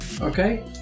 Okay